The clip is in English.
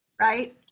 right